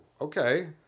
Okay